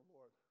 Lord